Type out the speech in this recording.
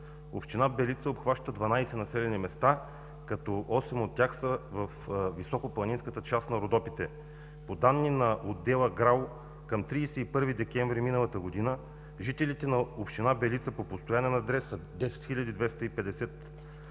Община Белица обхваща 20 населени места, като 8 от тях са във високопланинската част на Родопите. По данни на отдел ГРАО към 31 декември миналата година жителите на община Белица по постоянен адрес са 10 хил.